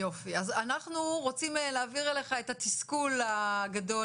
אנחנו רוצים להעביר אליך את התסכול הגדול